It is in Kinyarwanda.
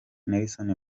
nelson